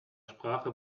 sprache